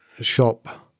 shop